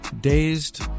dazed